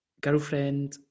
girlfriend